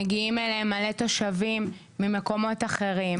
מגיעות אליהן מלא תושבים ממקומות אחרים,